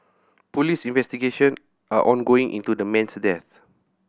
police investigation are ongoing into the man's death